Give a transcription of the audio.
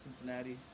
Cincinnati